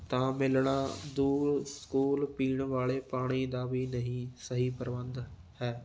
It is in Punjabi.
ਤਾਂ ਮਿਲਣਾ ਦੂਰ ਸਕੂਲ ਪੀਣ ਵਾਲੇ ਪਾਣੀ ਦਾ ਵੀ ਨਹੀਂ ਸਹੀ ਪ੍ਰਬੰਧ ਹੈ